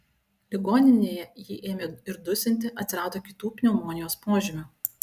ligoninėje jį ėmė ir dusinti atsirado kitų pneumonijos požymių